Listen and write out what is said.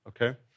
okay